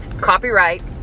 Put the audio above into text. Copyright